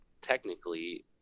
technically